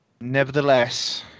Nevertheless